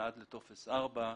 עד לטופס ארבע.